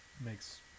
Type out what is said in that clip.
makes